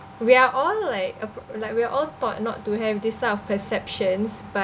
we are all like ap~ we're all taught not to have this type of perceptions but